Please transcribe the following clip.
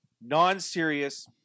non-serious